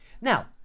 Now